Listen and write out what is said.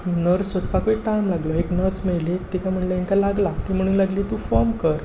nurse सोदपाकूय time लागलो एक नर्स मेळ्ळी तिका म्हणलें हांकां लागलां ती म्हणूंक लागली तूं फॉम कर